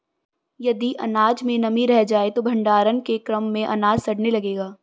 यदि अनाज में नमी रह जाए तो भण्डारण के क्रम में अनाज सड़ने लगेगा